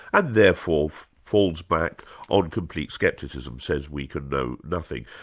and therefore falls back on complete scepticism, says we can know nothing.